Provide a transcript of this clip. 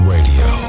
Radio